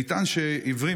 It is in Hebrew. נטען שעיוורים,